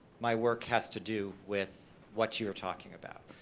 my work has to do with what you're talking about.